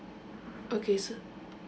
okay so